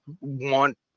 want